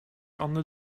under